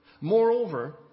Moreover